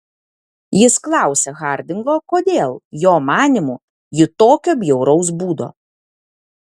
jis klausia hardingo kodėl jo manymu ji tokio bjauraus būdo